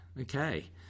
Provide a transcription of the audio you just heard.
Okay